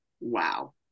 Wow